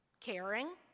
caring